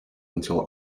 until